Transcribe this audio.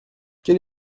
quel